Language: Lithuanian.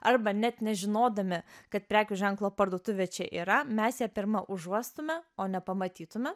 arba net nežinodami kad prekių ženklo parduotuvė čia yra mes ją pirma užuostume o nepamatytume